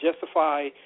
justify